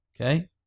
Okay